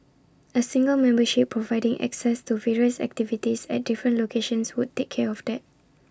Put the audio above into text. A single membership providing access to various activities at different locations would take care of that